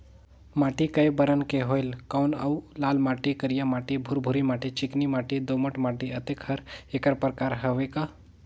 माटी कये बरन के होयल कौन अउ लाल माटी, करिया माटी, भुरभुरी माटी, चिकनी माटी, दोमट माटी, अतेक हर एकर प्रकार हवे का?